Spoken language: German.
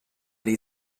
die